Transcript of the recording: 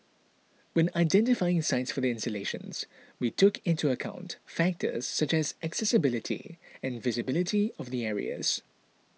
when identifying sites for the installations we took into account factors such as accessibility and visibility of the areas